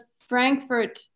Frankfurt